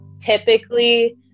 typically